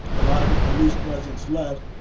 a lot of the police presence left,